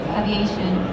aviation